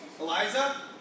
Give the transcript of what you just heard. Eliza